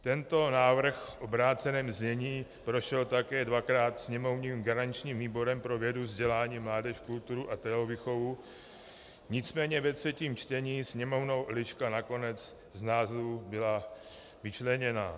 Tento návrh v obráceném znění prošel také dvakrát sněmovním garančním výborem pro vědu, vzdělání, mládež, kulturu a tělovýchovu, nicméně ve třetím čtení Sněmovnou Eliška nakonec z názvu byla vyčleněna.